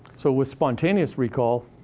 so with spontaneous recall,